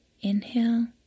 inhale